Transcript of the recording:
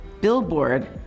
Billboard